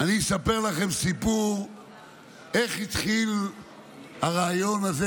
אספר לכם סיפור איך התחיל הרעיון הזה,